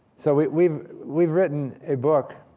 so we've we've written a book